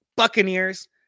Buccaneers